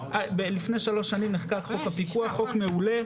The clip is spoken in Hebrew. לפני שלוש שנים נחקק חוק הפיקוח, חוק מעולה.